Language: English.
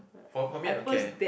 for for me I don't care